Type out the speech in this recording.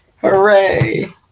Hooray